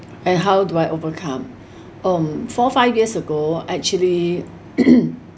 and how do I overcome um four five years ago actually